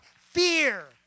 fear